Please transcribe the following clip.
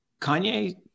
Kanye